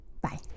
Bye